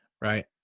Right